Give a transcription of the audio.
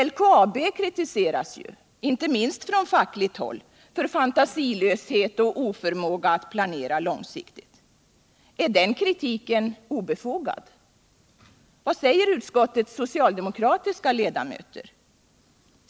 LKAB kritiseras ju, inte minst från fackligt håll, för fantasilöshet och oförmåga att planera långsiktigt. Är den kritiken obefogad? Vad säger utskottets socialdemokratiska ledamöter?